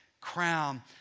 crown